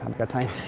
um got time?